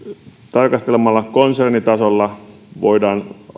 tarkastelemalla konsernitasolla voidaan